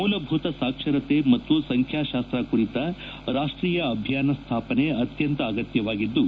ಮೂಲಭೂತ ಸಾಕ್ಸರತೆ ಮತ್ತು ಸಂಖ್ಯಾಶಾಸ್ತ ಕುರಿತ ರಾಷ್ಷೀಯ ಅಭಿಯಾನ ಸ್ನಾಪನೆ ಅತ್ತಂತ ಅಗತ್ಯವಾಗಿದ್ದು